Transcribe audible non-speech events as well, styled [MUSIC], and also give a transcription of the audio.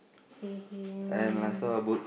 h~ him [NOISE]